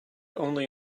only